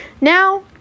now